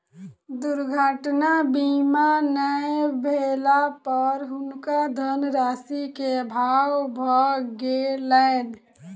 दुर्घटना बीमा नै भेला पर हुनका धनराशि के अभाव भ गेलैन